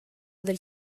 del